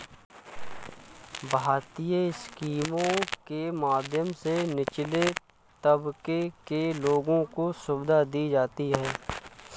भारतीय स्कीमों के माध्यम से निचले तबके के लोगों को सुविधा दी जाती है